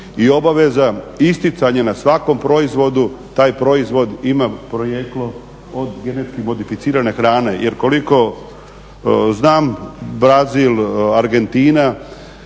I obaveza isticanja na svakom proizvodu taj proizvod ima porijeklo od genetski modificirane hrane. Jer koliko znam Brazil, Argentina,